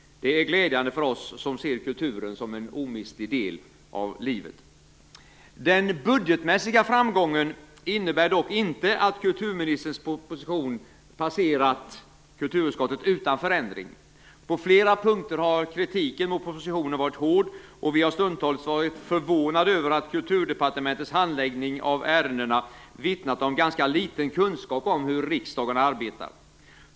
Detta är glädjande för oss som ser kulturen som en omistlig del av livet. Den budgetmässiga framgången innebär dock inte att kulturministerns proposition har passerat kulturutskottet utan förändringar. På flera punkter har kritiken mot propositionen varit hård, och vi har stundtals varit förvånade över att kulturdepartementets handläggning av ärendena vittnat om en ganska liten kunskap om hur riksdagen arbetar.